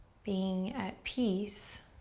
being at peace.